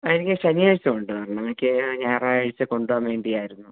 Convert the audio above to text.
ആ എനിക്ക് ശനിയാഴ്ച കൊണ്ട് തരണം എനിക്ക് ഞായറാഴ്ച കൊണ്ട് പോവാൻ വേണ്ടിയായിരുന്നു